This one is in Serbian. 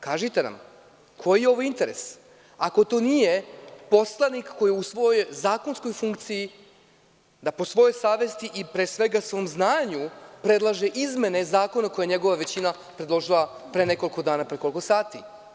Kažite nam, koji je ovo interes, ako to nije poslanik koji je u svojoj zakonskoj funkciji, da po svojoj savesti i, pre svega, svom znanju predlaže izmene zakona koje je njegova većina predložila pre nekoliko dana, pre nekoliko sati?